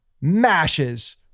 mashes